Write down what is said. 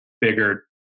bigger